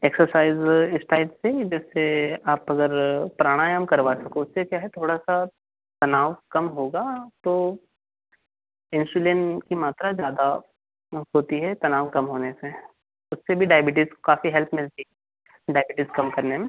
exercise इस type से कि जिससे आप अगर प्राणायाम करवा सको उससे क्या है थोड़ा सा तनाव कम होगा तो इंसुलिन की मात्रा ज़्यादा होती है तनाव कम होने से उससे भी डायबिटीज़ को काफ़ी हेल्प मिलती है डायबिटीज़ कम करने में